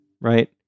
right